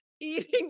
Eating